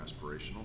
aspirational